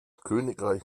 königreich